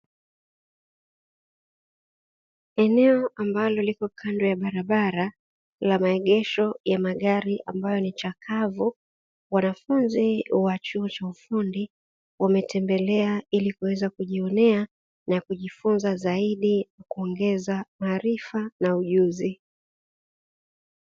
Eneo ambalo lipo kando ya barabara la maegesho ya magari ambayo ni chakavu wanafunzi wa chuo cha ufundi wametembelea ili kuweza kujionea na kujifunza zaidi kuongeza maarifa na ujuzi. Eneo ambalo lipo kando ya barabara la maegesho ya magari ambayo ni chakavu wanafunzi wa chuo cha ufundi wametembelea ili kuweza kujionea na kujifunza zaidi kuongeza maarifa na ujuzi.